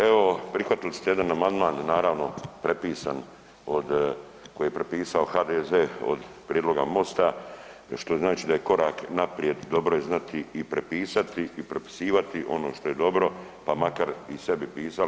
Evo prihvatili ste jedan amandman naravno prepisan koji je prepisao HDZ od prijedloga Mosta što znači da je korak naprijed, dobro je znati i prepisati i prepisivati ono što je dobro pa makar i sebi pisali.